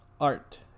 art